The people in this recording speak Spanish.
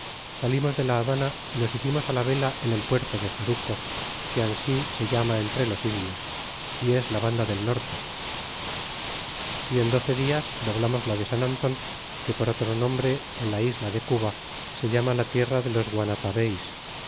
salimos de la habana y nos hicimos la vela en el puerto de jaruco que ansi se llama entre los indios y es la banda del norte y en doce dias doblamos la de san anton que por otro nombre en la isla de cuba se llama la tierra de los